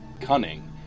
cunning